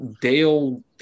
dale